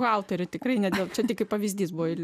halteriu tikrai nedirbsiu tik pavyzdys buvo ir